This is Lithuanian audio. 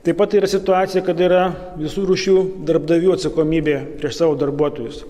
taip pat yra situacija kad yra visų rūšių darbdavių atsakomybė prieš savo darbuotojus